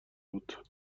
بود